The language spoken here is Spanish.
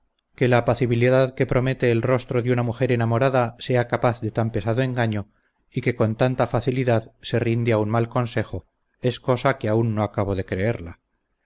que la apacibilidad que promete el rostro de una mujer hermosa sea capaz de tan pesado engaño y que con tanta facilidad se rinde a un mal consejo es cosa que aun no acabo de creerla